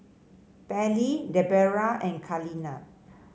Pairlee Debera and Carlene